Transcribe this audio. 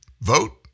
vote